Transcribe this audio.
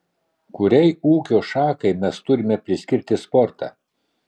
kuriai ūkio šakai mes turime priskirti sportą